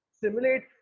simulate